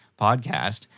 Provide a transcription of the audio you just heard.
podcast